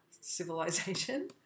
civilization